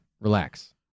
Relax